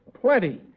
Plenty